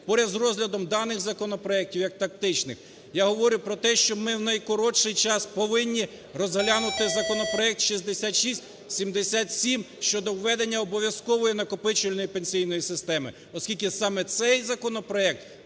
Понад з розглядом даних законопроектів як тактичних, я говорю про те, що ми в найкоротший час повинні розглянути законопроект 6677 щодо введення обов'язкової накопичувальної пенсійної системи, оскільки саме цей законопроект